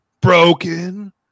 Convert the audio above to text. Broken